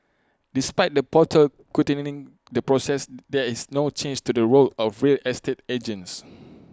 despite the portal quickening the process there is no change to the role of real estate agents